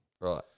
Right